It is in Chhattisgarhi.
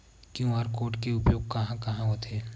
क्यू.आर कोड के उपयोग कहां कहां होथे?